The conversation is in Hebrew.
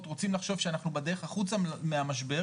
רוצים לחשוב שאנחנו בדרך החוצה מהמשבר,